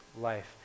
life